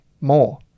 more